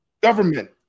government